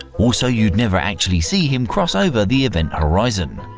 also, you'd never actually see him cross over the event horizon,